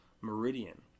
Meridian